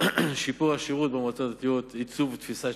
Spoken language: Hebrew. שיפור השירות במועצות הדתיות: עיצוב תפיסת